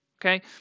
Okay